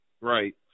Right